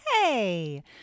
Hey